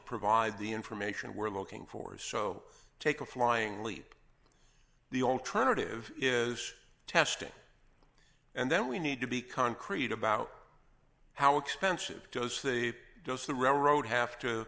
provide the information we're looking for so take a flying leap the alternative is testing and then we need to be concrete about how expensive does the does the railroad have to